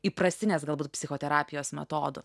įprastinės galbūt psichoterapijos metodų